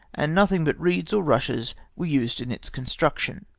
and nothing but reeds or rushes were used in its construction.